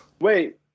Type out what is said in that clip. Wait